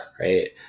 right